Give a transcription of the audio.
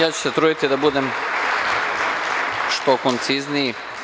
Ja ću se truditi da budem što koncizniji.